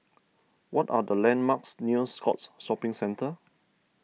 what are the landmarks near Scotts Shopping Centre